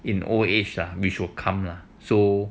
in old age which will come lah so